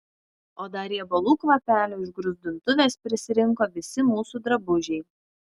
o dar riebalų kvapelio iš gruzdintuvės prisirinko visi mūsų drabužiai